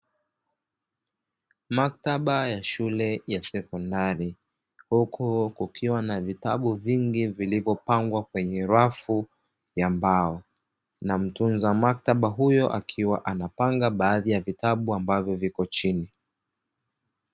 Maktaba ya shule ya sekondari huku kukiwa na vitabu vingi vilivyopangwa kwenye rafu ya mbao, na mtunza maktaba huyo akiwa anapanga baadhi ya vitabu ambavyo vipo chini.